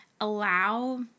Allow